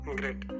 great